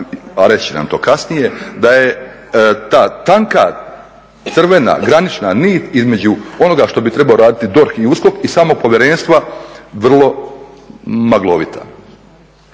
a reći će nam to kasnije, da je ta tanka crvena granična nit između onoga što bi trebao raditi DORH i USKOK i samog povjerenstva vrlo maglovita.